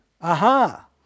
Aha